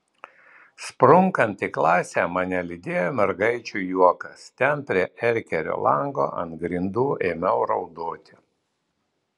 sprunkant į klasę mane lydėjo mergaičių juokas ten prie erkerio lango ant grindų ėmiau raudoti